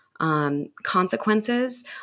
consequences